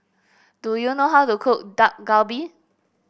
do you know how to cook Dak Galbi